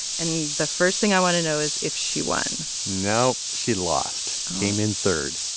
and the first thing i want to know is if she won no, she lost came in third.